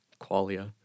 qualia